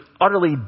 utterly